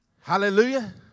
Hallelujah